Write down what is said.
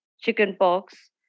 chickenpox